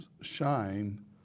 shine